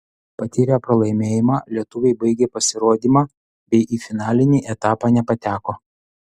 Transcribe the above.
patyrę pralaimėjimą lietuviai baigė pasirodymą bei į finalinį etapą nepateko